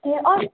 ए